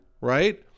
Right